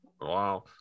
Wow